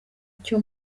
cyo